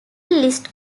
list